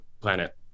Planet